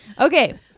okay